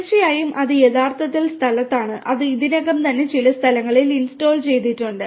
തീർച്ചയായും അത് യഥാർത്ഥത്തിൽ സ്ഥലത്താണ് അത് ഇതിനകം തന്നെ ചില സ്ഥലങ്ങളിൽ ഇൻസ്റ്റാൾ ചെയ്തിട്ടുണ്ട്